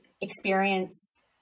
experience